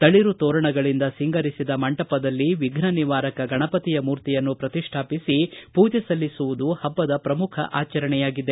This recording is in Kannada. ತಳರು ತೋರಣಗಳಿಂದ ಸಿಂಗರಿಸಿದ ಮಂಟಪದಲ್ಲಿ ವಿಫ್ನ ನಿವಾರಕ ಗಣಪತಿಯ ಮೂರ್ತಿಯನ್ನು ಪ್ರತಿಷ್ಠಾಪಿಸಿ ಪೂಜೆ ಸಲ್ಲಿಸುವುದು ಪಬ್ಬದ ಪ್ರಮುಖ ಆಚರಣೆಯಾಗಿದೆ